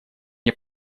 мне